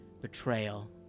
betrayal